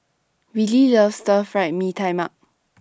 Wiley loves Stir Fried Mee Tai Mak